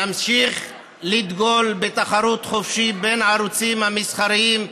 נמשיך לדגול בתחרות חופשית בין הערוצים המסחריים,